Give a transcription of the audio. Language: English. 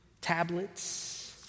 tablets